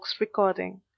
recording